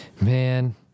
Man